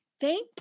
Thank